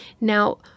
Now